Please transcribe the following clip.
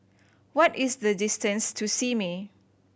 what is the distance to Simei